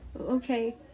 Okay